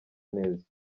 neza